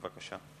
בבקשה.